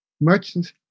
merchants